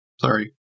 Sorry